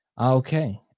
Okay